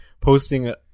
posting